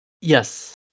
Yes